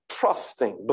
trusting